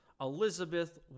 Elizabeth